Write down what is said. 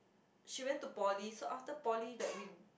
she went to poly so after poly that we